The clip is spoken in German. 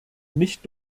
nicht